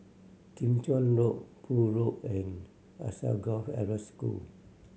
Kim Chuan Road Poole Road and Alsagoff Arab School